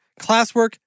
classwork